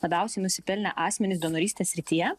labiausiai nusipelnę asmenys donorystės srityje